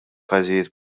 każijiet